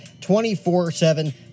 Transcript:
24-7